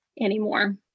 anymore